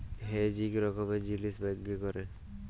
hedge ইক রকমের জিলিস ব্যাংকে ক্যরে